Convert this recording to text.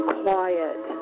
quiet